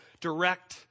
direct